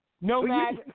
Nomad